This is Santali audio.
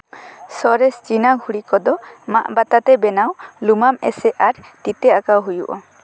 ᱥᱚᱨᱮᱥ ᱪᱤᱱᱟ ᱜᱷᱩᱲᱤ ᱠᱚᱫᱚ ᱢᱟᱫ ᱵᱟᱛᱟᱛᱮ ᱵᱮᱱᱟᱣ ᱨᱳᱢᱟᱱ ᱮᱥᱮ ᱟᱨ ᱛᱤᱛᱮ ᱟᱸᱠᱟᱣ ᱦᱩᱭᱩᱜᱼᱟ